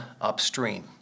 upstream